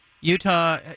Utah